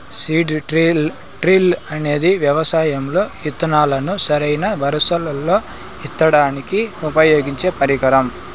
seed drill అనేది వ్యవసాయం లో ఇత్తనాలను సరైన వరుసలల్లో ఇత్తడానికి ఉపయోగించే పరికరం